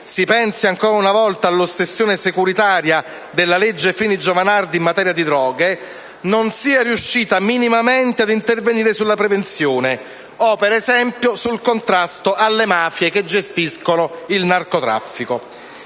(si pensi ancora una volta all'ossessione securitaria della legge Fini-Giovanardi in materia di droghe), sia riuscito minimamente ad intervenire sulla prevenzione o, ad esempio, sul contrasto alle mafie che gestiscono il narcotraffico.